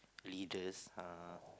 leaders uh